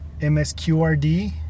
MSQRD